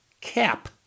cap